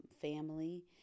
family